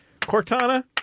Cortana